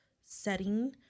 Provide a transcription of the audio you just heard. setting